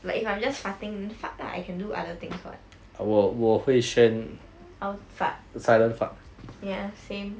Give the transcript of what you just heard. like if I'm just farting fart lah I can do other things [what] I will fart ya same